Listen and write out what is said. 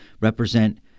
represent